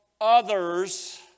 others